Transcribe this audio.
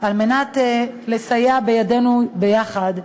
על מנת לסייע בידנו ביחד,